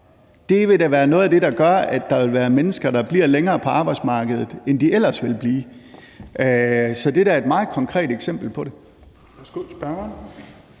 Det vil da være noget af det, der gør, at der vil være mennesker, der bliver længere på arbejdsmarkedet, end de ellers ville blive. Så det er da et meget konkret eksempel på det.